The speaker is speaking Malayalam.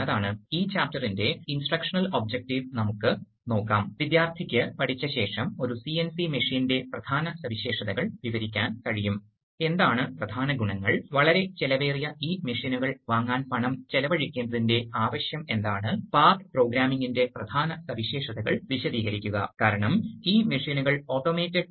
അതിനാൽ പാഠം 41 ൽ നമ്മൾ കൂടുതൽ ന്യൂമാറ്റിക് ഘടകങ്ങൾ നോക്കും ന്യൂമാറ്റിക് ലോജിക് എന്ന് വിളിക്കുന്ന ഒരുതരം യുക്തി നമ്മൾ നോക്കും കൂടാതെ ചില നിയന്ത്രണ ഉപയോഗങ്ങൾ കാണുകയും ഒടുവിൽ ഹൈഡ്രോളിക് സിസ്റ്റങ്ങളുമായി താരതമ്യപ്പെടുത്തുകയും ചെയ്യും